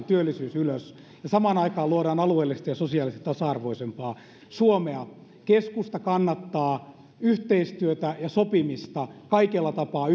työllisyyden ylös ja samaan aikaan luomme alueellisesti ja sosiaalisesti tasa arvoisempaa suomea keskusta kannattaa yhteistyötä ja sopimista kaikella tapaa